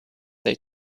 they